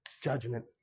judgment